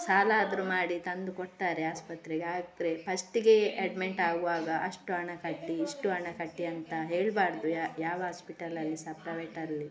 ಸಾಲ ಆದರು ಮಾಡಿ ತಂದು ಕೊಡ್ತಾರೆ ಆಸ್ಪತ್ರೆಗೆ ಆದರೆ ಫಸ್ಟಿಗೆ ಅಡ್ಮಿಂಟ್ ಆಗುವಾಗ ಅಷ್ಟು ಹಣ ಕಟ್ಟಿ ಇಷ್ಟು ಹಣ ಕಟ್ಟಿ ಅಂತ ಹೇಳಬಾರ್ದು ಯಾವ ಆಸ್ಪಿಟಲಲ್ಲಿ ಸಹ ಪ್ರೈವೇಟಲ್ಲಿ